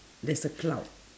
there's a cloud